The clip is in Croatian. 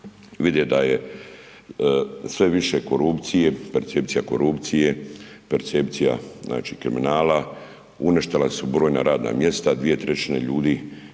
vide da je sve više korupcije, percepcija korupcije, percepcija znači kriminala, uništila su brojna radna mjesta, 2/3 ljudi